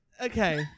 Okay